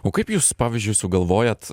o kaip jūs pavyzdžiui sugalvojat